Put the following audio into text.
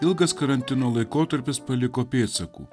ilgas karantino laikotarpis paliko pėdsakų